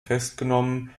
festgenommen